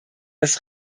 das